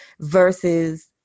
versus